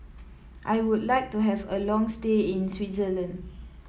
I would like to have a long stay in Switzerland